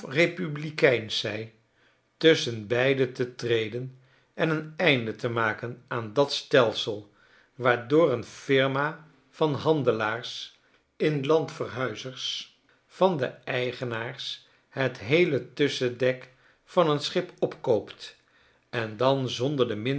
republikeinsch zij tusschen beiden te treden en een einde te maken aan dat stelsel waardoor een firma van handelaars in landverhuizers van de eigenaars het heele tusschendek van een schip opkoopt en dan zonder de minste